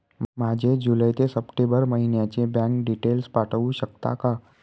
माझे जुलै ते सप्टेंबर महिन्याचे बँक डिटेल्स पाठवू शकता का?